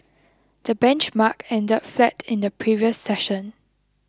the benchmark ended flat in the previous session